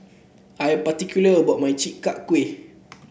I'm particular about my Chi Kak Kuih